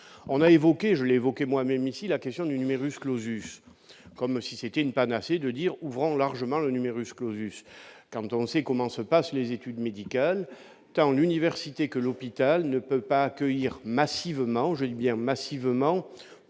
on a évoqué je l'évoque moi-même ici la question du numerus clausus, comme si c'était une panacée de dire ouvrant largement le numerus clausus, quand on sait comment se passent les études médicales dans l'université, que l'hôpital ne peut pas accueillir massivement, je dis bien massivement